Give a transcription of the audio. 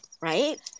right